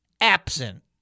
absent